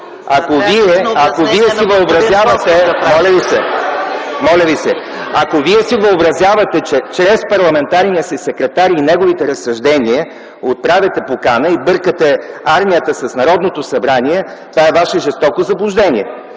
шум и реплики), че чрез парламентарния си секретар и неговите разсъждения отправяте покана и бъркате армията с Народното събрание, това е Ваше жестоко заблуждение.